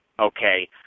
Okay